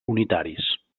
unitaris